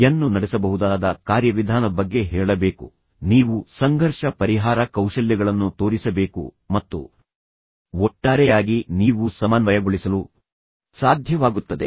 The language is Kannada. ಯನ್ನು ನಡೆಸಬಹುದಾದ ಕಾರ್ಯವಿಧಾನದ ಬಗ್ಗೆ ಹೇಳಬೇಕು ನೀವು ಸಂಘರ್ಷ ಪರಿಹಾರ ಕೌಶಲ್ಯಗಳನ್ನು ತೋರಿಸಬೇಕು ಮತ್ತು ಒಟ್ಟಾರೆಯಾಗಿ ನೀವು ಸಮನ್ವಯಗೊಳಿಸಲು ಸಾಧ್ಯವಾಗುತ್ತದೆ